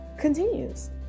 continues